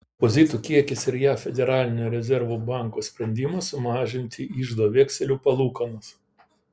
depozitų kiekis ir jav federalinio rezervų banko sprendimas sumažinti iždo vekselių palūkanas